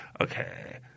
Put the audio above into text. Okay